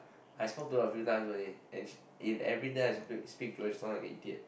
I spoke to her a few times only and sh~ in every time I speak speak to her she sound like a idiot